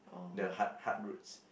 the hard hard routes